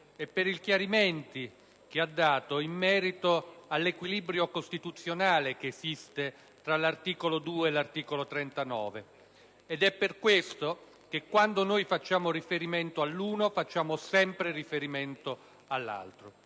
e per i chiarimenti che ha dato in merito all'equilibrio costituzionale che esiste fra l'articolo 2 e l'articolo 32. Ed è per questo che, quando noi facciamo riferimento all'uno, facciamo sempre riferimento all'altro.